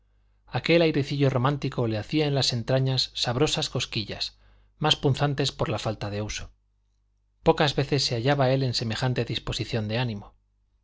aquel airecillo romántico le hacía en las entrañas sabrosas cosquillas más punzantes por la falta de uso pocas veces se hallaba él en semejante disposición de ánimo